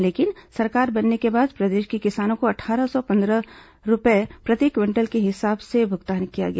लेकिन सरकार बनने के बाद प्रदेश के किसानों को अट्ठारह सौ पंद्रह रूपये प्रति क्विंटल के हिसाब से भुगतान किया गया